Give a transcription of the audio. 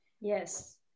Yes